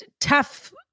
tough